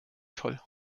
toll